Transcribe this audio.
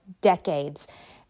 decades